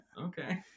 Okay